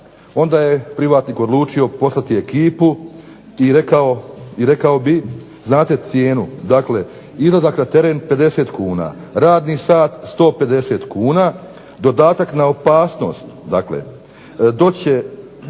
onda je privatnik odlučio poslati ekipu i rekao bi znate cijenu. Dakle, izlazak na teren 50kn, radni sat 150kn, dodatak na opasnost, dakle doći